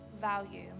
value